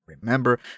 remember